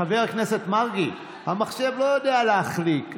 חבר הכנסת מרגי, המחשב לא יודע להחריג.